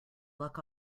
luck